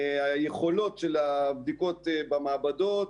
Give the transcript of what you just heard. היכולות של הבדיקות במעבדות,